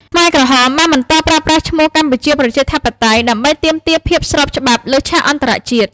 ខ្មែរក្រហមបានបន្តប្រើប្រាស់ឈ្មោះ «កម្ពុជាប្រជាធិបតេយ្យ» ដើម្បីទាមទារភាពស្របច្បាប់លើឆាកអន្តរជាតិ។